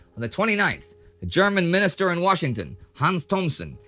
on the twenty ninth, the german minister in washington, hans thomsen,